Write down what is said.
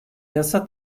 yasa